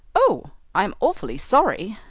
oh, i'm awfully sorry,